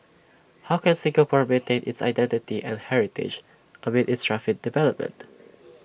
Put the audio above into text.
how can Singapore maintain its identity and heritage amid its rapid development